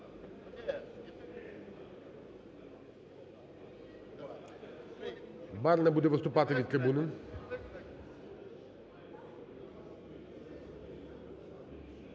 Барна буде виступати від трибуни.